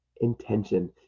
intention